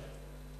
אני